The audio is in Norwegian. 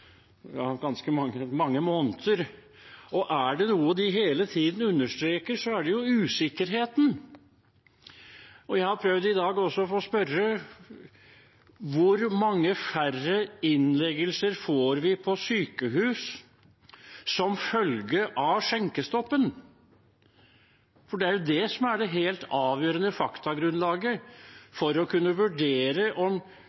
ganske mange måneder, og er det noe de hele tiden understreker, er det jo usikkerheten. Jeg har i dag prøvd å spørre: Hvor mange færre innleggelser får vi på sykehus som følge av skjenkestoppen? Det er jo det som er det helt avgjørende faktagrunnlaget for å kunne vurdere om